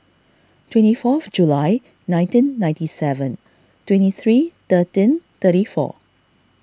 twenty fourth July nineteen ninety seven twenty three thirteen thirty four